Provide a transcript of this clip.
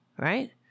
right